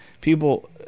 people